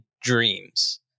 dreams